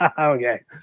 Okay